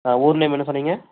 ஊர் நேம் என்ன சொன்னிங்க